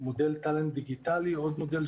גם מבחינה כלכלית, ועוד יותר מזה,